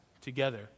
together